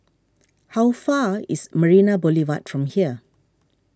how far away is Marina Boulevard from here